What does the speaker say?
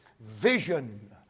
vision